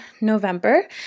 November